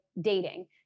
dating